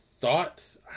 Thoughts